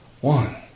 one